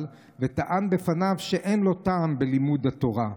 וטען בפניו שאין לו טעם בלימוד התורה.